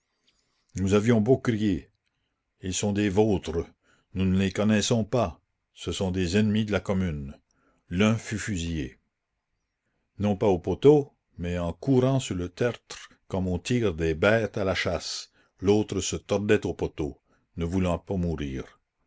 nous avions beau crier ils sont des vôtres nous ne les connaissons pas ce sont des ennemis de la commune l'un fut fusillé non pas au poteau mais en courant sur le tertre comme on tire des bêtes à la chasse l'autre se tordait au poteau ne voulant pas mourir